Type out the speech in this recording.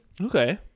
Okay